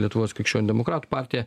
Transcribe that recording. lietuvos krikščionių demokratų partija